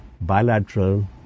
bilateral